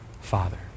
father